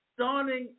starting